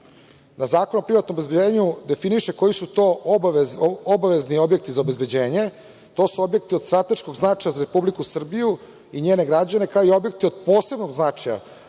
da Zakon o privatnom obezbeđenju definiše koji su to obavezni objekti za obezbeđenje. To su objekti od strateškog značaja za Republiku Srbiju i njene građane, kao i objekti od posebnog značaja,